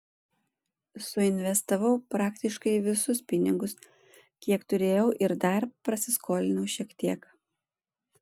suinvestavau praktiškai visus pinigus kiek turėjau ir dar prasiskolinau šiek tiek